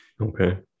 Okay